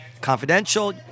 confidential